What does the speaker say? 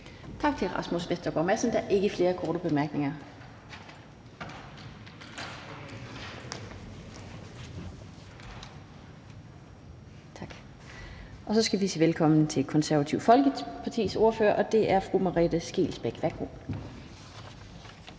Tak til Rasmus Vestergaard Madsen. Der er ikke flere korte bemærkninger. Og så skal vi sige velkommen til Det Konservative Folkepartis ordfører, og det er fru Merete Scheelsbeck. Værsgo.